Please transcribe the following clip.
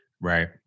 Right